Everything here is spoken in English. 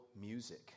music